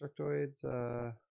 Destructoids